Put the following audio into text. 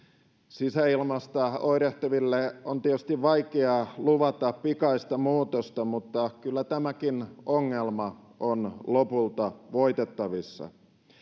sisäilmasta oirehtiville on tietysti vaikeaa luvata pikaista muutosta mutta kyllä tämäkin ongelma on lopulta voitettavissa